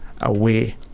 away